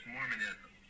Mormonism